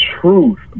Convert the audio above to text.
truth